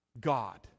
God